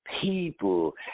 people